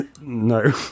No